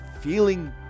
feeling